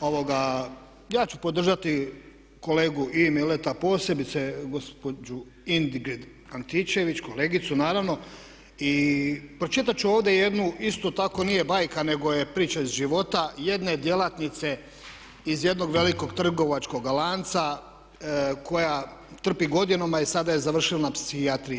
ovoga, ja ću podržati kolegu i Mileta i posebice gospođu Ingrid Antičević, kolegicu naravno i pročitat ću ovdje jednu isto tako nije bajka nego je priča iz života jedne djelatnice iz jednog velikog trgovačkog lanca koja trpi godinama i sada je završila na psihijatriji.